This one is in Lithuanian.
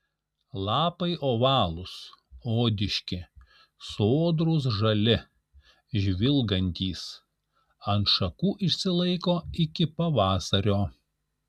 lapai ovalūs odiški sodrūs žali žvilgantys ant šakų išsilaiko iki pavasario